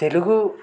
Telugu